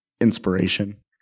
inspiration